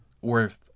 worth